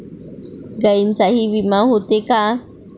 गायींचाही विमा होते का?